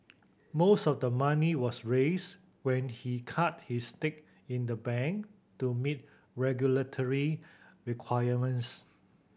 most of the money was raised when he cut his stake in the bank to meet regulatory requirements